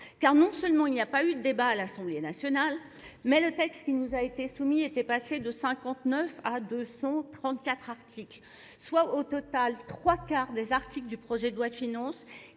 Car non seulement il n'y a pas eu de débat à l'Assemblée nationale, mais le texte qui nous a été soumis était passé de 59 à 234 articles, soit au total trois quarts des articles du projet de loi de finances